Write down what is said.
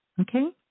Okay